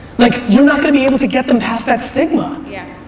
like you're not gonna be able to get them past that stigma. yeah.